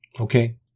okay